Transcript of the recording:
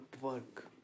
work